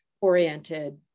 oriented